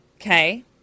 okay